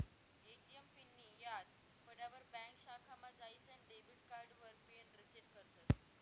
ATM पिननीं याद पडावर ब्यांक शाखामा जाईसन डेबिट कार्डावर पिन रिसेट करतस